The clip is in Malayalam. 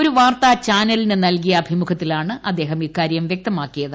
ഒരു വാർത്താ ചാനലിന് നൽകിയ തെളിവ് അഭിമുഖത്തിലാണ് അദ്ദേഹം ഇക്കാര്യം വ്യക്തമാക്കിയത്